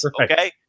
okay